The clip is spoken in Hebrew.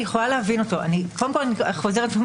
אני חוזרת לדעתי,